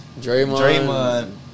Draymond